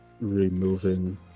removing